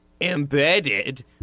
embedded